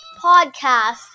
podcast